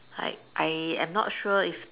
I I am not sure if